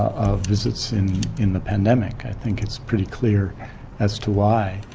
of visits in in the pandemic. i think it's pretty clear as to why.